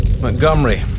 Montgomery